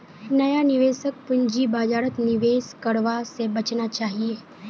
नया निवेशकक पूंजी बाजारत निवेश करवा स बचना चाहिए